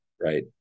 Right